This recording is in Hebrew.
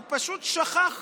הוא פשוט שכח